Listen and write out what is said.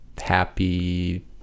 happy